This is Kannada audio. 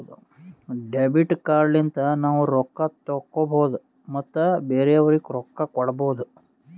ಡೆಬಿಟ್ ಕಾರ್ಡ್ ಲಿಂತ ನಾವ್ ರೊಕ್ಕಾ ತೆಕ್ಕೋಭೌದು ಮತ್ ಬೇರೆಯವ್ರಿಗಿ ರೊಕ್ಕಾ ಕೊಡ್ಭೌದು